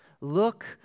Look